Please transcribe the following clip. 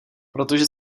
protože